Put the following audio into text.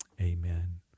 Amen